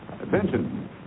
Attention